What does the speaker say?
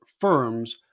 firms